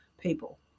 people